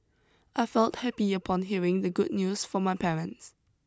I felt happy upon hearing the good news from my parents